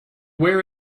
where